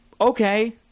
okay